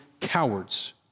cowards